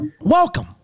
welcome